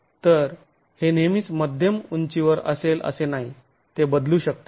तर हे नेहमीच मध्यम उंचीवर असेल असे नाही ते बदलू शकते